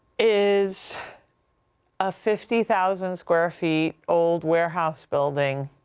is a fifty thousand square feet old warehouse building,